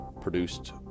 produced